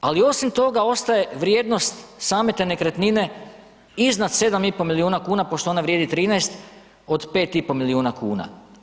Ali osim toga ostaje vrijednost same te nekretnine iznad 7,5 milijuna kuna pošto ona vrijedi 13 od 5,5 milijuna kuna.